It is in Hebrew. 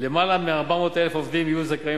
למעלה מ-400,000 עובדים יהיו זכאים